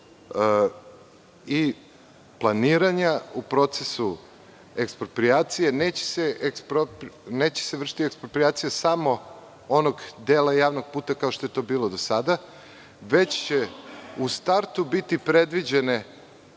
planiranja i u procesu eksproprijacije, neće se vršiti eksproprijacija samo onog dela javnog puta kao što je to bilo do sada, već će u startu biti predviđena